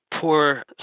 poor